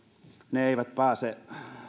ne eivät pääse